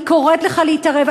אני קוראת לך להתערב.